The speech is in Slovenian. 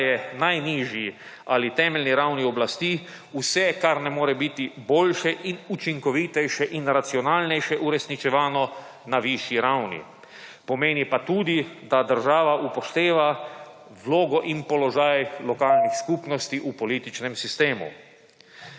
da je najnižji ali temeljeni ravni oblasti vse, kar ne more biti boljše in učinkovitejše in racionalnejše uresničevano na višji ravni pomeni pa tudi, da država upošteva vlogo in položaj lokalnih skupnosti v političnem sistemu.